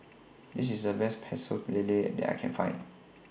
This IS The Best Pecel Lele that I Can Find